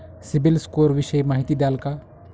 CIBIL score विषयी माहिती द्याल का?